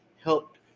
helped